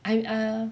I err